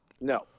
no